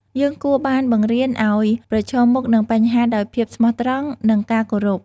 យើងត្រូវបានបង្រៀនឱ្យប្រឈមមុខនឹងបញ្ហាដោយភាពស្មោះត្រង់ និងការគោរព។